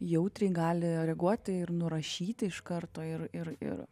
jautriai gali reaguoti ir nurašyti iš karto ir ir ir